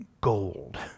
gold